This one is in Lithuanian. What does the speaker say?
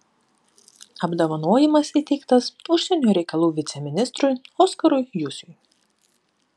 apdovanojimas įteiktas užsienio reikalų viceministrui oskarui jusiui